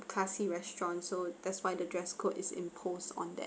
classy restaurant so that's why the dress code is imposed on that